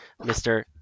Mr